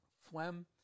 Phlegm